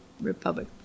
Republic